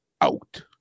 out